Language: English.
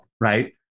right